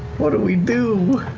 what do we do?